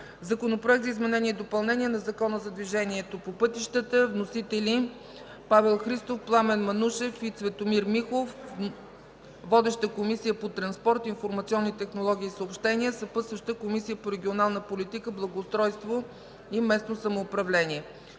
Законопроект за изменение и допълнение на Закона за движението по пътищата. Вносители – Павел Христов, Пламен Манушев и Цветомир Михов. Водеща е Комисията по транспорт, информационни технологии и съобщения. Разпределен е на Комисията по регионална политика, благоустройство и местно самоуправление.